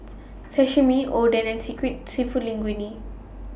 Sashimi Oden and Seafood Linguine